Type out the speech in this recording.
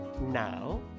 Now